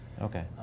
Okay